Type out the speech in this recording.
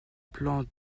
plan